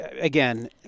Again